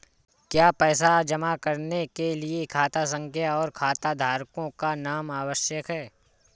क्या पैसा जमा करने के लिए खाता संख्या और खाताधारकों का नाम आवश्यक है?